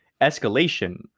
escalation